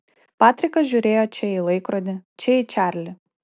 patrikas žiūrėjo čia į laikrodį čia į čarlį